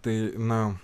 tai na